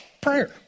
prayer